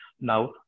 Now